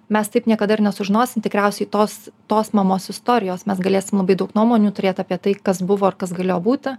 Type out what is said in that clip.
mes taip niekada ir nesužinosim tikriausiai tos tos mamos istorijos mes galėsim labai daug nuomonių turėt apie tai kas buvo ir kas galėjo būti